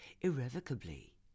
irrevocably